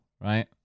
right